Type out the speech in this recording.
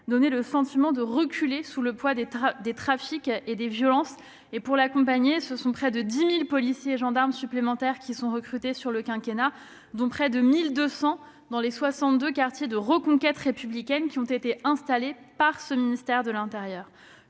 donner le sentiment de reculer sous le poids des trafics et des violences. Pour assurer ce retour, près de 10 000 policiers et gendarmes supplémentaires ont été recrutés pendant ce quinquennat, dont près de 1 200 dans les 62 quartiers de reconquête républicaine mis en place depuis 2018 par le ministère de l'intérieur.